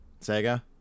sega